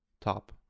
top